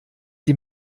die